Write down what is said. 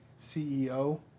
CEO